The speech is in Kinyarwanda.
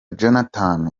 jonathan